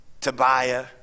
Tobiah